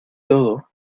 todo